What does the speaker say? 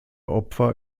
opfer